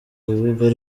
rubuga